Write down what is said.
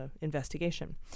investigation